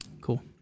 Cool